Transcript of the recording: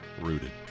Rooted